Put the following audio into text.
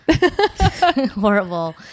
horrible